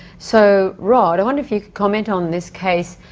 so, rod, i wonder if you could comment on this case?